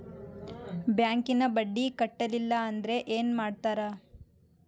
ಬ್ಯಾಂಕಿನ ಬಡ್ಡಿ ಕಟ್ಟಲಿಲ್ಲ ಅಂದ್ರೆ ಏನ್ ಮಾಡ್ತಾರ?